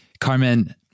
Carmen